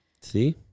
See